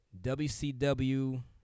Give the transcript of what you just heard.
WCW